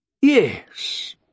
Yes